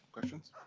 questions?